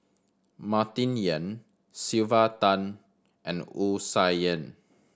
Martin Yan Sylvia Tan and Wu Tsai Yen